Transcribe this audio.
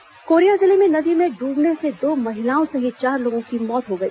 हादसा कोरिया जिले में नदी में डूबने से दो महिलाओं सहित चार लोगों की मौत हो गई